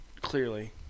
clearly